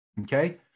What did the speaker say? Okay